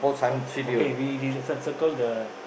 okay we we decide circle the